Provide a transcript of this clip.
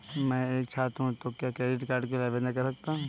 मैं एक छात्र हूँ तो क्या क्रेडिट कार्ड के लिए आवेदन कर सकता हूँ?